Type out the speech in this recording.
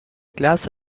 classe